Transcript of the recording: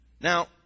Now